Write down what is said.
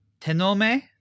tenome